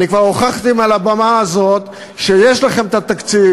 אני כבר הוכחתי מעל הבמה הזאת שיש לכם תקציב,